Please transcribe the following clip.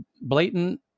blatant